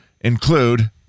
include